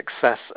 success